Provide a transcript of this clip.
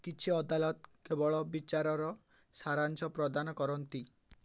କିଛି ଅଦାଲତ କେବଳ ବିଚାରର ସାରାଂଶ ପ୍ରଦାନ କରନ୍ତି